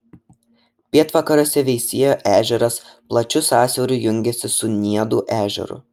pietvakariuose veisiejo ežeras plačiu sąsiauriu jungiasi su niedų ežeru